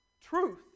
truth